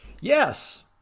Yes